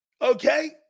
okay